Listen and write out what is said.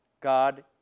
God